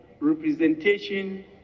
representation